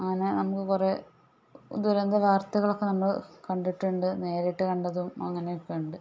അങ്ങനെ നമുക്ക കുറേ ദുരന്തവാർത്തകൾ ഒക്കെ നമ്മൾ കണ്ടിട്ടുണ്ട് നേരിട്ട് കണ്ടതും അങ്ങനെയൊക്കെ ഉണ്ട്